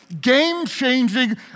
game-changing